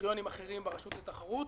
בקריטריונים אחרים ברשות לתחרות.